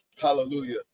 Hallelujah